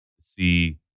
see